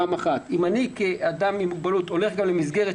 אם אני כאדם עם מוגבלות הולך גם למסגרת